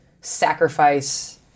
sacrifice